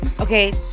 okay